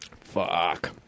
Fuck